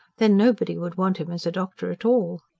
then, nobody would want him as a doctor at all.